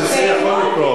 אתה ידעת שזה יכול לקרות.